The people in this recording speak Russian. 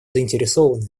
заинтересован